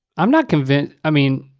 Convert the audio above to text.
i'm not convinced. i mean,